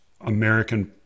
American